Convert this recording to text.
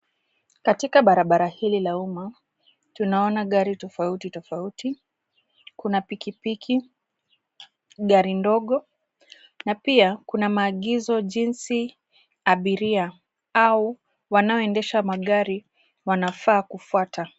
Katika barabara hili la umma, tunaona gari tofauti tofauti. Kuna pikipiki, gari ndogo na pia kuna maagizo jinsi abiria au wanaoendesha magari wanafaa kufuata.